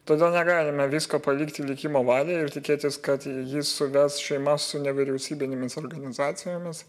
todėl negalime visko palikti likimo valiai ir tikėtis kad jį suvels šeimas nevyriausybinėmis organizacijomis